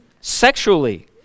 sexually